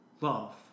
love